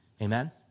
Amen